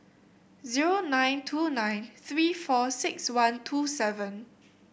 zero nine two nine three four six one two seven